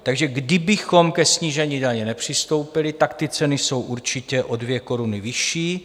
Takže kdybychom ke snížení daně nepřistoupili, tak ty ceny jsou určitě o 2 koruny vyšší.